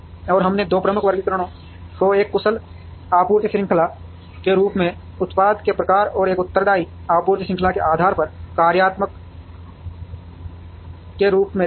और हमने दो प्रमुख वर्गीकरणों को एक कुशल आपूर्ति श्रृंखला के रूप में उत्पाद के प्रकार और एक उत्तरदायी आपूर्ति श्रृंखला के आधार पर कार्यात्मक के रूप में देखा